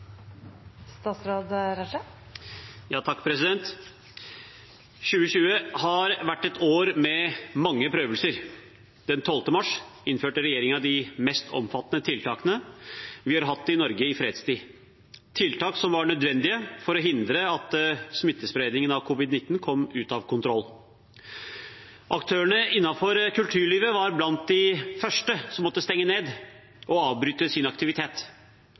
mars innførte regjeringen de mest omfattende tiltakene vi har hatt i Norge i fredstid, tiltak som var nødvendige for å hindre at smittespredningen av covid-19 kom ut av kontroll. Aktørene innenfor kulturlivet var blant de første som måtte stenge ned og avbryte sin aktivitet.